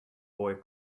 boy